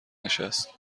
نشست